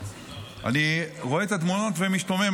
אני רואה את התמונות ומשתומם.